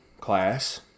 class